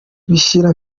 bishira